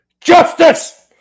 Justice